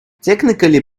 technically